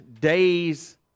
days